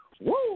woo